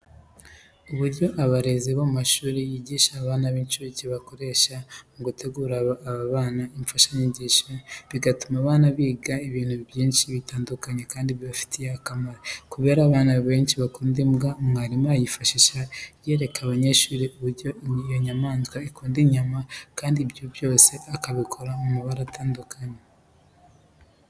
Uburyo abarezi bo mu mashuri yigisha abana b'inshuke bakoresha mu gutegurira aba bana imfashanyigisho, butuma abana biga ibintu byinshi bitandukanye kandi bibafitiye akamaro. Kubera abana benshi bakunda imbwa, mwarimu ayifashisha yereka abanyeshuri uburyo iyo nyamaswa ikunda inyama kandi ibyo byose akabikora mu mabara atandukanye.